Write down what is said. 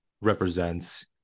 represents